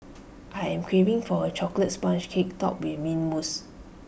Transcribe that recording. I am craving for A Chocolate Sponge Cake Topped with Mint Mousse